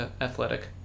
athletic